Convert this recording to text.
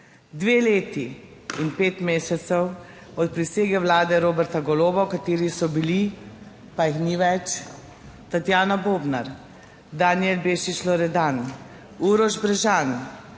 dve leti in pet mesecev od prisege vlade Roberta Goloba, v kateri so bili, pa jih ni več, Tatjana Bobnar, Danijel Bešič Loredan, Uroš Brežan,